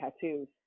tattoos